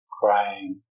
crying